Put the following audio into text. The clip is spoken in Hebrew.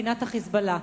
מדינת ה"חיזבאללה".